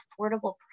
affordable